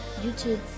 youtube